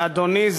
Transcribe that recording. ואדוני,